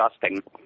disgusting